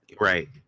Right